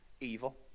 evil